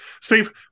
Steve